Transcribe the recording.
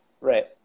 Right